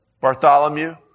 Bartholomew